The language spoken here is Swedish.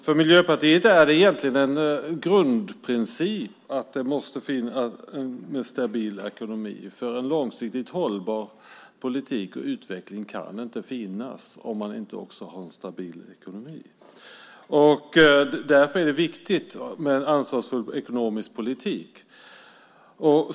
För Miljöpartiet är det egentligen en grundprincip att det måste vara en stabil ekonomi, för en långsiktigt hållbar politik och utveckling kan inte finnas om man inte också har en stabil ekonomi. Därför är det viktigt med en ansvarsfull ekonomisk politik.